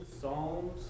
Psalms